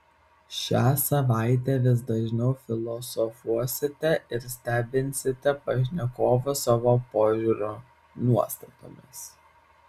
šią savaitę vis dažniau filosofuosite ir stebinsite pašnekovus savo požiūriu nuostatomis